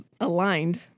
aligned